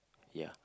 ya